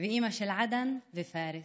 ואימא של עדן ופארס.